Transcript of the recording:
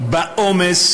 בעומס